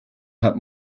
had